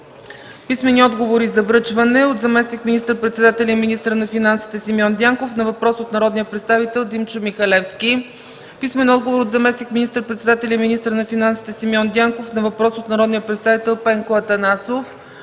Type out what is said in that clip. Писмени отговори за връчване: - от заместник министър-председателя и министър на финансите Симеон Дянков на въпрос от народния представител Димчо Михалевски; - от заместник министър-председателя и министър на финансите Симеон Дянков на въпрос от народния представител Пенко Атанасов;